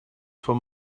for